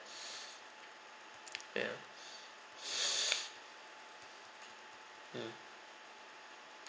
ya mm